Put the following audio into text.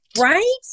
Right